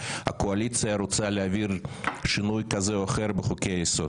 הקואליציה רוצה להעביר שינוי כזה או אחר בחוקי היסוד.